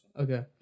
okay